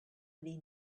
really